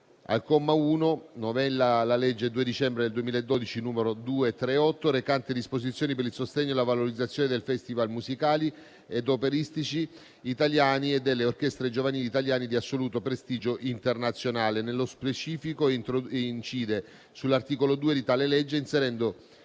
al comma 1, novella la legge 2 dicembre 2012, n. 238, recante disposizioni per il sostegno e la valorizzazione dei *festival* musicali ed operistici italiani e delle orchestre giovanili italiane di assoluto prestigio internazionale. Nello specifico, incide sull'articolo 2 di tale legge, inserendo